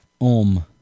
Om